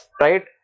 right